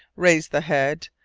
raised the head,